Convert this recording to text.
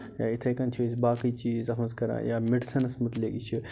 یا یِتھَے کٔنۍ چھِ أسۍ باقٕے چیٖز اتھ منٛز کَران یا مِڈِسنَس متعلق چھِ